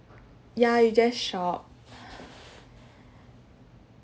ya you just shop